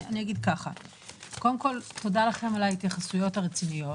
תודה לכם על ההתייחסויות הרציניות.